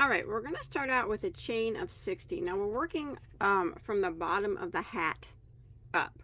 alright we're we're gonna start out with a chain of sixty now we're working um from the bottom of the hat up